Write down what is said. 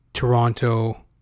Toronto